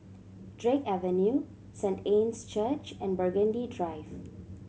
Drake Avenue Saint Anne's Church and Burgundy Drive